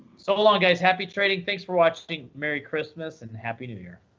so long, guys. happy trading. thanks for watching. merry christmas and happy new year.